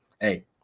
hey